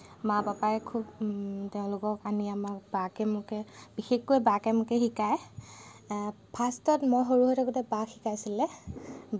মা পাপাই খুব তেওঁলোকক আনি আমাৰ বাকে মোকে বিশেষকৈ বাকে মোকে শিকায় ফাষ্টত মই সৰু হৈ থাকোঁতে বাক শিকাইছিলে